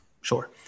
Sure